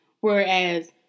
whereas